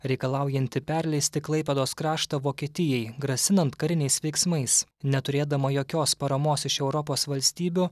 reikalaujantį perleisti klaipėdos kraštą vokietijai grasinant kariniais veiksmais neturėdama jokios paramos iš europos valstybių